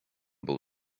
był